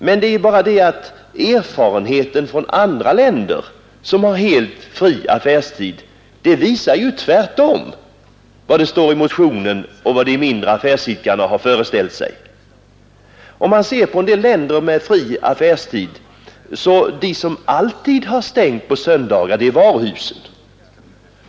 Men det är bara det att erfarenheten från andra länder, som har helt fri affärstid, visar ju tvärtom att det inte blivit så som det står i reservationen och som de mindre affärsidkarna har föreställt sig. Om man ser på länder med fri affärstid finner man att de som alltid har stängt på söndagarna är varuhusen.